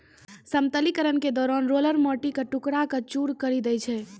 समतलीकरण के दौरान रोलर माटी क टुकड़ा क चूर करी दै छै